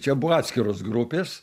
čia buvo atskiros grupės